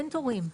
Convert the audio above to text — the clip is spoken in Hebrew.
אין תורים.